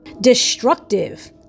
destructive